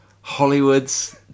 Hollywood's